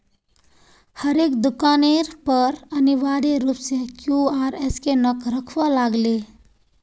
हरेक दुकानेर पर अनिवार्य रूप स क्यूआर स्कैनक रखवा लाग ले